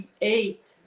create